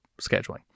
scheduling